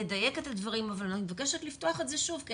נדייק את הדברים אבל אני מבקשת לפתוח את זה שוב,